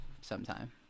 sometime